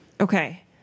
Okay